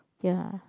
ya